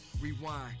Rewind